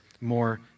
more